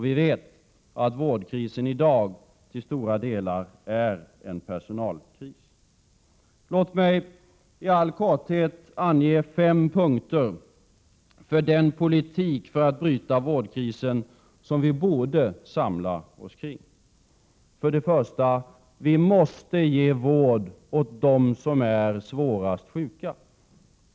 Vi vet att vårdkrisen i dag till stora delar är en personalkris. Låt mig i all korthet ange fem punkter för den politik för att bryta vårdkrisen som vi borde samla oss kring. För det första: Vi måste ge vård åt dem som är svårast sjuka.